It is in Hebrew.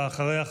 ואחריה,